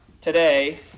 today